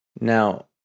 Now